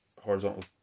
horizontal